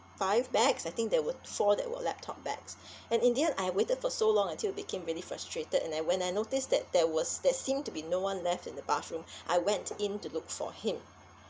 five bags I think there were four that were laptop bags and in the end I waited for so long until became really frustrated and then when I noticed that there was there seemed to be no one left in the bathroom I went in to look for him